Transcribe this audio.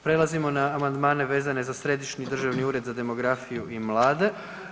Prelazimo na amandmane vezane za Središnji državni ured za demografiju i mlade.